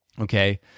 Okay